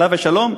עליו השלום,